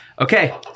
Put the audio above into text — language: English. Okay